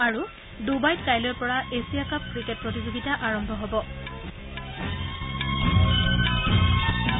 আৰু ডূবাইত কাইলৈৰ পৰা এছিয়া কাপ ক্ৰিকেট প্ৰতিযোগিতা আৰম্ভ হ'ব